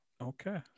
okay